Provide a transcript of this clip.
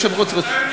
עם מזרח-ירושלים?